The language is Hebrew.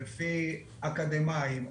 לפי אקדמאיים,